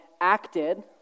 acted